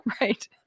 Right